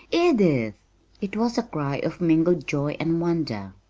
edith! it was a cry of mingled joy and wonder.